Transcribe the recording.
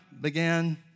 began